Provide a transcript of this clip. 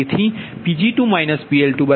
તેથી 0